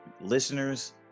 Listeners